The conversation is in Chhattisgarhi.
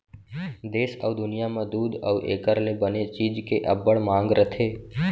देस अउ दुनियॉं म दूद अउ एकर ले बने चीज के अब्बड़ मांग रथे